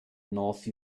north